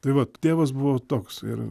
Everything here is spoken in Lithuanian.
tai vat tėvas buvo toks ir